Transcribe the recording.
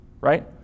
right